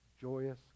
joyous